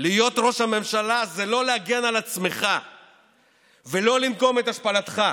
להיות ראש הממשלה זה לא להגן על עצמך ולא לנקום את השפלתך.